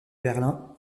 berlin